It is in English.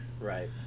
right